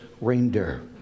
reindeer